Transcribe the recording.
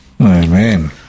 Amen